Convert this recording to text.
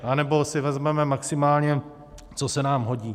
Anebo si vezmeme maximálně, co se nám hodí.